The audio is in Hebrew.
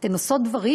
אתן עושות דברים,